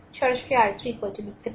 সরাসরি i3 লিখতে পারেন